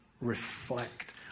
reflect